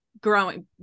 growing